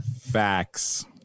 facts